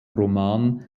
roman